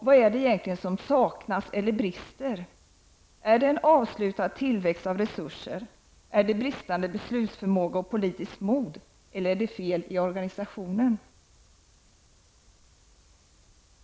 Vad är det egentligen som saknas eller brister? Är det fråga om en avslutad tillväxt av resurser, är det bristande beslutsförmåga och politiskt mod, eller är det fel i organisationen?